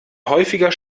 häufiger